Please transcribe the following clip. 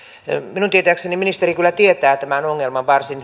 minun tietääkseni ministeri kyllä tietää tämän ongelman varsin